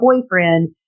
boyfriend